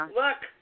look